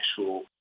actual